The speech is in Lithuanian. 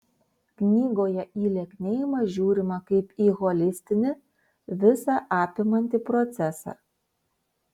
knygoje į lieknėjimą žiūrima kaip į holistinį visą apimantį procesą